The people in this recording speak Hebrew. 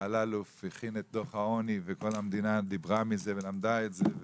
אלאלוף הכין את דוח העוני וכל המדינה דיברה על זה ולמדה את זה.